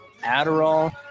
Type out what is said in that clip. Adderall